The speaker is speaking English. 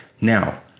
Now